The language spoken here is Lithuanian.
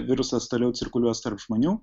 virusas toliau cirkuliuos tarp žmonių